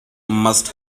must